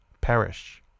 perish